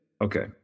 okay